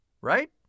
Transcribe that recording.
Right